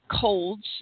colds